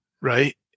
right